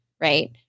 right